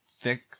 thick